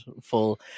full